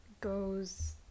goes